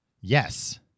Yes